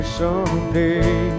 someday